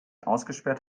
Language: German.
ausgesperrt